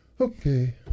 Okay